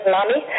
Mommy